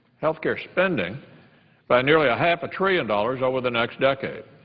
health care spending by nearly a half a trillion dollars over the next decade.